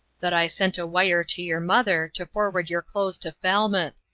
that i sent a wire to your mother to forward your clothes to falmouth,